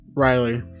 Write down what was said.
Riley